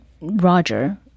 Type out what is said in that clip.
Roger